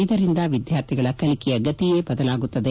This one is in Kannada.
ಇದರಿಂದ ವಿದ್ಯಾರ್ಥಿಗಳ ಕಲಿಕೆಯ ಗತಿಯೇ ಬದಲಾಗುತ್ತದೆ